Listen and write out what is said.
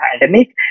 pandemic